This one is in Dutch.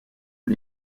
een